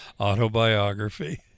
autobiography